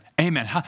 Amen